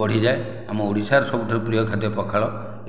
ବଢିଯାଏ ଆମ ଓଡ଼ିଶାର ସବୁଠାରୁ ପ୍ରିୟ ଖାଦ୍ୟ ପଖାଳ